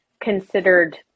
considered